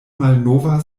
malnova